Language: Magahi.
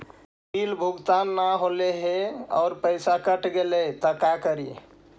बिल भुगतान न हौले हे और पैसा कट गेलै त का करि?